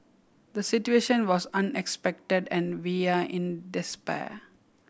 the situation was unexpected and we are in despair